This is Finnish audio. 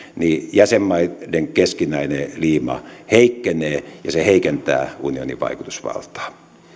jäsenmaiden keskinäinen liima heikkenee ja se heikentää unionin vaikutusvaltaa